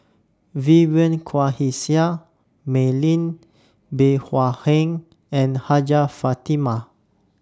Vivien Quahe Seah Mei Lin Bey Hua Heng and Hajjah Fatimah